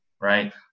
Right